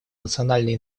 национальной